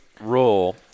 role